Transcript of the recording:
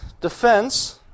defense